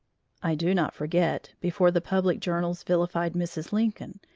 i do not forget, before the public journals vilified mrs. lincoln,